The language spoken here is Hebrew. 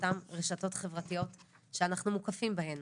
באותן רשתות חברתיות שאנחנו מוקפים בהם.